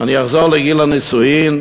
אני אחזור לגיל הנישואים.